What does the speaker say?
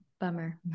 Bummer